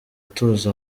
tuzi